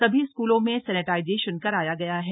सभी स्कूलों में सैनिटाईजेशन कराया गया है